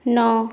ନଅ